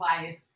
bias